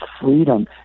freedom